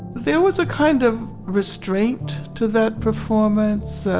there was a kind of restraint to that performance.